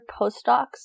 postdocs